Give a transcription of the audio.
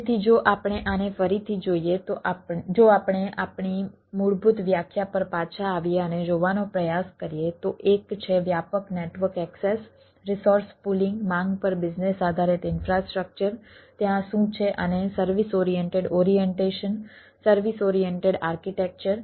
તેથી જો આપણે આને ફરીથી જોઈએ જો આપણે આપણી મૂળભૂત વ્યાખ્યા પર પાછા આવીએ અને જોવાનો પ્રયાસ કરીએ તો એક છે વ્યાપક network access resource pooling service oriented architecture